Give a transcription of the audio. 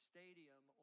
Stadium